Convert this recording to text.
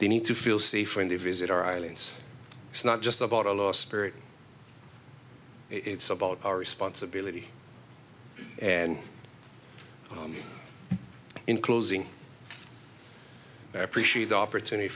they need to feel safe when they visit our islands it's not just about a lost spirit it's about our responsibility and in closing i appreciate the opportunity